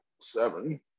seven